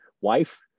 wife